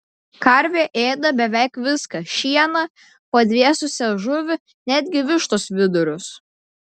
karvė ėda beveik viską šieną padvėsusią žuvį netgi vištos vidurius